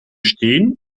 stehen